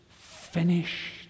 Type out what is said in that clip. finished